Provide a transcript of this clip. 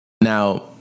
Now